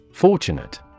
Fortunate